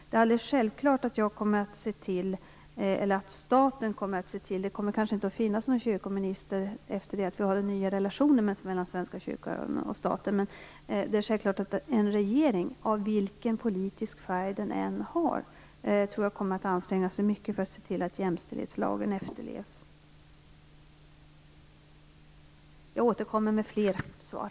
Det kanske inte kommer att finnas någon kyrkominister efter att vi har fått den nya relationen mellan Svenska kyrkan och staten, men det är självklart att en regering, vilken politisk färg den än har, kommer att anstränga sig mycket för att se till att jämställdhetslagen efterlevs. Jag återkommer med fler svar.